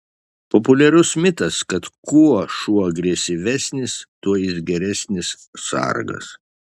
populiarus mitas kad kuo šuo agresyvesnis tuo jis geresnis sargas